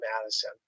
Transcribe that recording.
Madison